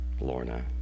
Lorna